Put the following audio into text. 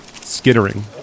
skittering